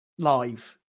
Live